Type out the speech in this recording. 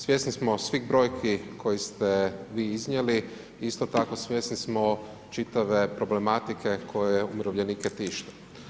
Svjesni smo svih brojki koje ste vi iznijeli i isto tako svjesni smo čitave problematike koja umirovljenike tište.